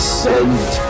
sent